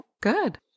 Good